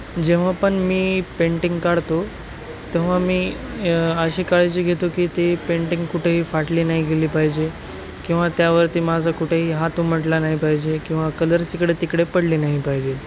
जेव्हा पण मी पेंटिंग काढतो तेव्हा मी अशी काळजी घेतो की ती पेंटिंग कुठंही फाटली नाही गेली पाहिजे किंवा त्यावरती माझं कुठेही हात उमटला नाही पाहिजे किंवा कलर्स इकडे तिकडे पडले नाही पाहिजे